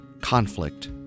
Conflict